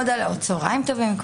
צוהריים טובים.